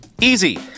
Easy